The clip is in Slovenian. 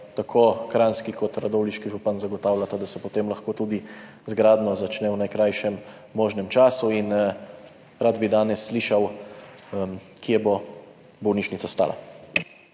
Tako kranjski kot radovljiški župan zagotavljata, da se potem lahko tudi z gradnjo začne v najkrajšem možnem času. Rad bi danes slišal, kje bo bolnišnica stala.